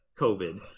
COVID